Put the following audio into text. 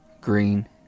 green